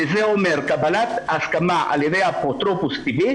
שזה אומר קבלת הסכמה על ידי אפוטרופוס טבעי,